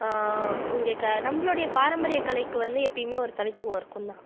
இங்கே க நம்மளுடைய பாரம்பரிய கலைக்கு வந்து எப்போயுமே ஒரு தனித்துவம் இருக்கும்தான்